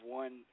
one